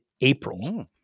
April